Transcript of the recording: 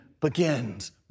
begins